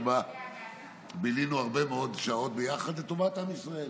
שבה בילינו הרבה מאוד שעות ביחד לטובת עם ישראל,